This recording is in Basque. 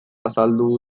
azaldu